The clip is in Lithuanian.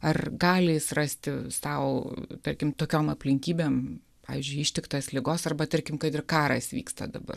ar gali jis rasti sau tarkim tokiom aplinkybėm pavyzdžiui ištiktas ligos arba tarkim kad ir karas vyksta dabar